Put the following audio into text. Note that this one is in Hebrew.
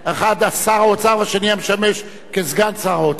האחד שר האוצר, והשני המשמש סגן שר האוצר.